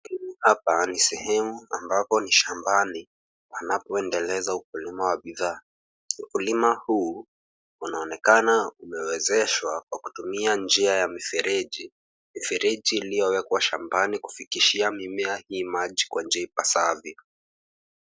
Hapa ni sehemu ambapo ni shambani panapoendeleza ukulima wa bidhaa. Ukulima huu unaonekana umewezeshwa kwa kutumia njia ya mifereji. Mfereji iliyowekwa shambani kufikishia mimea hii maji kwa njia ipaswavyo.